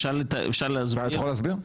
אפשר להסביר?